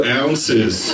ounces